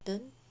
then